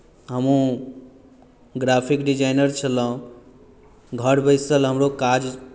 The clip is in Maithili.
हमहूँ ग्राफिक डिजाइनर छलहुँ घर बैसल हमरो काज